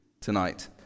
tonight